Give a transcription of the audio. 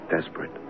Desperate